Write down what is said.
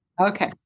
Okay